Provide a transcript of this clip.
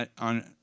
On